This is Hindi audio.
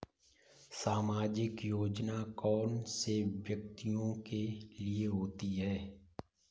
सामाजिक योजना कौन से व्यक्तियों के लिए होती है?